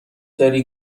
داری